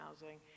housing